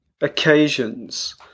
occasions